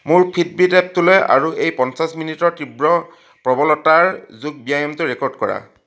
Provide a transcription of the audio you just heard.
মোৰ ফিটবিট এপটোলৈ আৰু এই পঞ্চাশ মিনিটৰ তীব্ৰ প্ৰবলতাৰ যোগ ব্যায়ামটো ৰেকৰ্ড কৰা